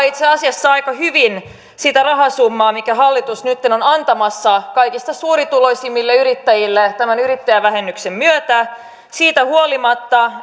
itse asiassa aika hyvin sitä rahasummaa minkä hallitus nytten on antamassa kaikista suurituloisimmille yrittäjille tämän yrittäjävähennyksen myötä siitä huolimatta